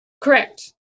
Correct